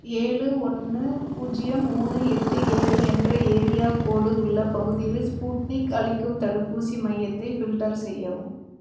ஏழு ஒன்று பூஜ்ஜியம் மூணு எட்டு ஏழு என்ற ஏரியா கோட் உள்ள பகுதியில் ஸ்புட்னிக் அளிக்கும் தடுப்பூசி மையத்தை ஃபில்டர் செய்யவும்